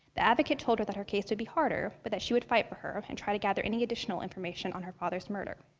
the advocate told her that her case would be harder, but that she would fight for her and try to gather any additional information on her father's murder.